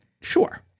sure